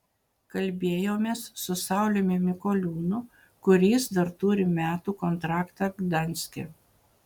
kalbėjomės su sauliumi mikoliūnu kuris dar turi metų kontraktą gdanske